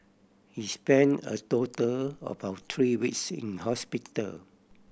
he spent a total of about three weeks in hospital